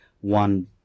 one